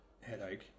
Headache